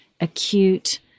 acute